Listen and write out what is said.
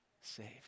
saved